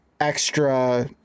extra